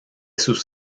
sus